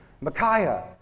Micaiah